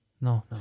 no